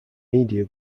media